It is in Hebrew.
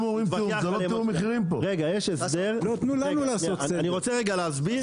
אני רוצה רגע להסביר,